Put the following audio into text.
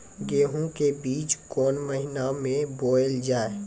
गेहूँ के बीच कोन महीन मे बोएल जाए?